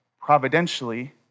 providentially